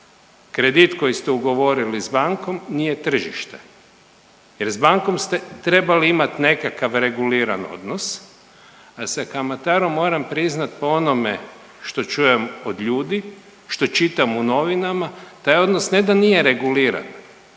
kredit koji ste ugovorili sa bankom nije tržište. Jer s bankom ste trebali imati nekakav reguliran odnos, a sa kamatarom moram priznati po onome što čujem od ljudi, što čitam u novinama, taj odnos ne da nije reguliran,